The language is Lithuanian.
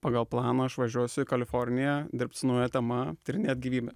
pagal planą aš važiuosiu į kaliforniją dirbt su nauja tema tyrinėt gyvybę